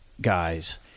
guys